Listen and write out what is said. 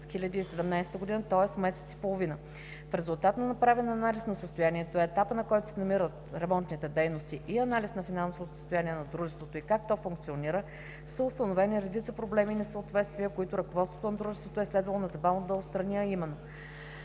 2017 г., тоест месец и половина. В резултат на направен анализ на състоянието и етапа, на който се намират ремонтните дейности, и анализ на финансовото състояние на дружеството и как то функционира, са установени редица проблеми и несъответствия, които ръководството на дружеството е следвало незабавно да отстрани, а именно: